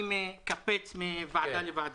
זה גם מה הם יביאו אתם בעוד